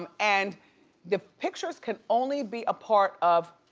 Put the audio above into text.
um and the pictures can only be a part of